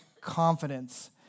confidence